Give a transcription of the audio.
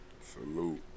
Salute